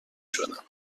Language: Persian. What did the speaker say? شدم